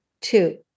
Two